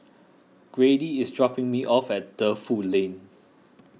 Grady is dropping me off at Defu Lane